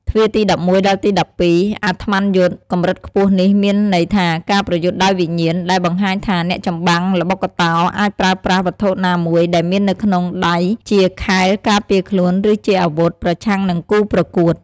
ទ្វារទី១១ ដល់ទី១២ អាត្ម័នយុទ្ធ កម្រិតខ្ពស់នេះ មានន័យថា ការប្រយុទ្ធដោយវិញ្ញាណ ដែលបង្ហាញថាអ្នកចម្បាំងល្បុក្កតោអាចប្រើប្រាស់ វត្ថុណាមួយដែលមាននៅក្នុងដៃជាខែលការពារខ្លួន ឬជាអាវុធ ប្រឆាំងនឹងគូប្រកួត។